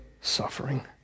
suffering